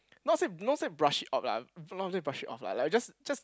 not say not say brush it off lah not say brush it off lah like we just just